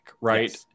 right